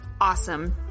awesome